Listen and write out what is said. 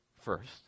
first